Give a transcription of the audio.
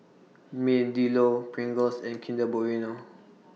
Meadowlea Pringles and Kinder Bueno